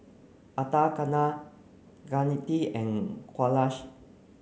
Atal Kaneganti and Kailash